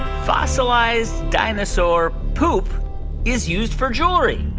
fossilized dinosaur poop is used for jewelry?